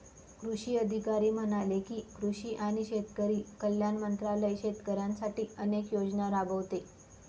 कृषी अधिकारी म्हणाले की, कृषी आणि शेतकरी कल्याण मंत्रालय शेतकऱ्यांसाठी अनेक योजना राबवते